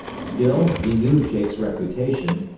still, he knew jake's reputation.